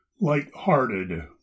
light-hearted